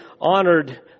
honored